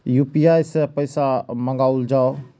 UPI सै पैसा मंगाउल जाय?